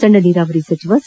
ಸಣ್ಣ ನೀರಾವರಿ ಸಚಿವ ಸಿ